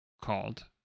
called